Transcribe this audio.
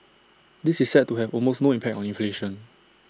this is set to have almost no impact on inflation